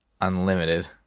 Unlimited